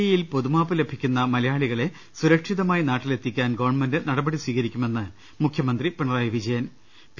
ഇയിൽ പൊതുമാപ്പ് ലഭിക്കുന്ന മലയാളികളെ സുരക്ഷിതമായി നാട്ടിലെത്തി ക്കാൻ ഗവൺമെന്റ് നടപടി സ്വീകരിക്കുമെന്ന് മുഖ്യമന്ത്രി പിണറായി വിജയൻ പി